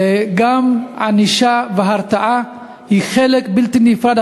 גם ענישה והרתעה הן חלק בלתי נפרד,